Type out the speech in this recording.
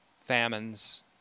famines